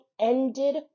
ended